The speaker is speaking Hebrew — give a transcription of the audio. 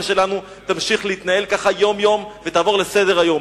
שלנו ימשיכו להתנהל כך יום-יום ולעבור לסדר-היום.